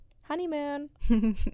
Honeymoon